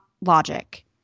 logic